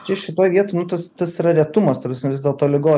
čia šitoj vietoj nu tas tas yra retumas ta prasme vis dėlto ligos